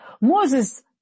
Moses